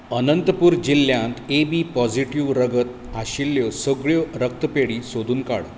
अनंतपुर जिल्ल्यांत A B positive रगत आशिल्ल्यो सगळ्यो रक्तपेढी सोदून काड